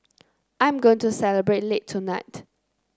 I am going to celebrate late tonight